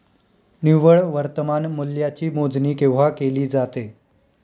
निव्वळ वर्तमान मूल्याची मोजणी केव्हा केली जाते?